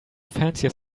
fancier